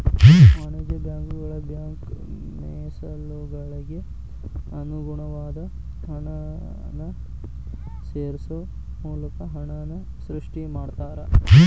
ವಾಣಿಜ್ಯ ಬ್ಯಾಂಕುಗಳ ಬ್ಯಾಂಕ್ ಮೇಸಲುಗಳಿಗೆ ಅನುಗುಣವಾದ ಹಣನ ಸೇರ್ಸೋ ಮೂಲಕ ಹಣನ ಸೃಷ್ಟಿ ಮಾಡ್ತಾರಾ